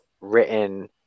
written